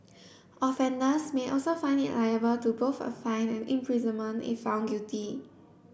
offenders may also liable to both a fine and imprisonment if found guilty